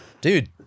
Dude